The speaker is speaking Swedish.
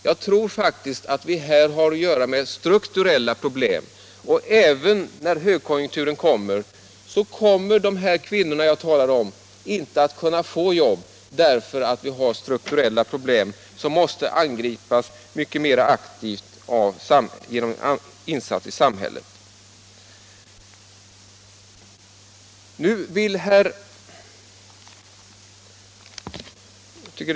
Jag tror faktiskt att vi har att göra med strukturella problem, och även när högkonjunkturen kommer kan de här kvinnorna jag talade om inte få jobb, därför att vi har strukturella problem som måste angripas mycket mera aktivt genom insatser av samhället.